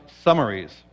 summaries